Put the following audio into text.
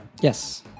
Yes